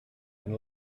and